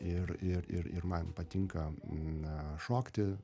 ir ir ir ir man patinka na šokti